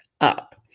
up